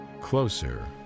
closer